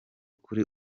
kuri